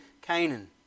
canaan